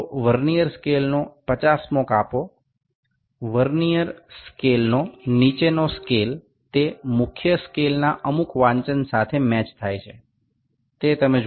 તો વર્નિયર સ્કેલનો 50મો કાપો વર્નિયર સ્કેલનો નીચેનો સ્કેલ તે મુખ્ય સ્કેલના અમુક વાંચન સાથે મેચ થાય છે તે તમે જુઓ